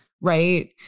right